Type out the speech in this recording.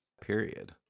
period